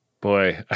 Boy